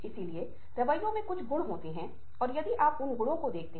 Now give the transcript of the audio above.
इसलिए दोनों निश्चित रूप से साथ साथ चलते हैं